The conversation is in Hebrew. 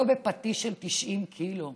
לא בפטיש של 90 קילו,